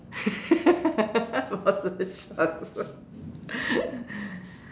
boxer shorts